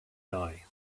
die